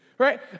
Right